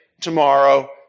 tomorrow